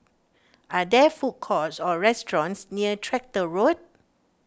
are there food courts or restaurants near Tractor Road